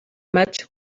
much